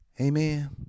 Amen